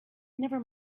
never